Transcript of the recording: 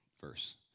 verse